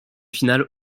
finale